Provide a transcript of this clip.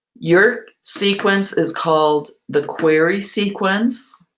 your sequence is called the query sequence.